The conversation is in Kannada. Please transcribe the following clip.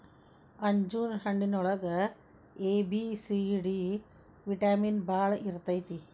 ಅಂಜೂರ ಹಣ್ಣಿನೊಳಗ A, B, C, D vitamin ಬಾಳ ಇರ್ತೈತಿ